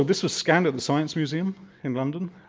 so this ah scanned at the science museum in london